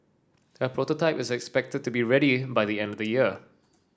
a prototype is expected to be ready by the end of the year